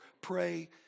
pray